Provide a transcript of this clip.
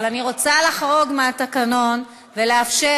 אבל אני רוצה לחרוג מהתקנון ולאפשר